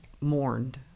mourned